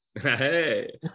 Hey